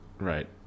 Right